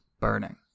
burning